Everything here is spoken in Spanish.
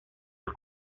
los